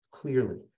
clearly